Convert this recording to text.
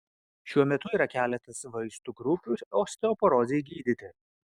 šiuo metu yra keletas vaistų grupių osteoporozei gydyti